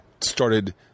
started